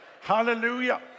hallelujah